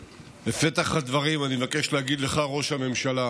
בפתח הדברים אני מבקש להגיד לך, ראש הממשלה,